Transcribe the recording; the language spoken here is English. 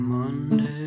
Monday